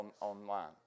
online